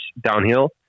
downhill